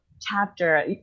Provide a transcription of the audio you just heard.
chapter